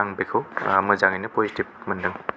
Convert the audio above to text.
आं बेखौ मोजाङैनो पजिटिभ मोनदों